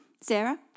Sarah